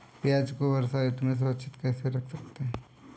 प्याज़ को वर्षा ऋतु में सुरक्षित कैसे रख सकते हैं?